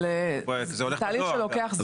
אבל זה תהליך שלוקח זמן.